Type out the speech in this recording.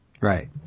Right